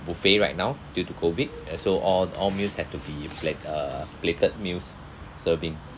buffet right now due to COVID and so all all meals have to be plat~ uh plated meals serving